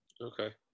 Okay